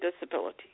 disability